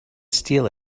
steal